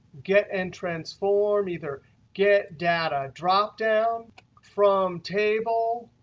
get and transform either get data dropdown from table.